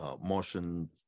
Motion